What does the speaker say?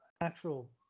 actual